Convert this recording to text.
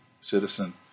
citizen